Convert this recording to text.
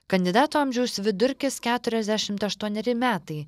kandidatų amžiaus vidurkis keturiasdešimt aštuoneri metai